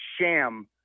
sham